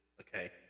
Okay